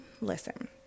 listen